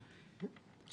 כאן מנכ"ל מגדל, אני